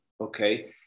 okay